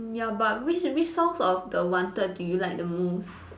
ya but which which songs of the wanted do you like the most